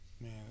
Man